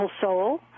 soul